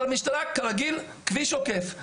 המשטרה כרגיל כביש עוקף.